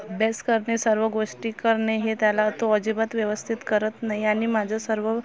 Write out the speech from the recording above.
अभ्यास करणे सर्व गोष्टी करणे हे त्याला तो अजिबात व्यवस्थित करत नाही आणि माझं सर्व